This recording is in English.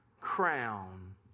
crown